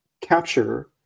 capture